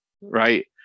right